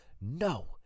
no